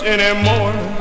Anymore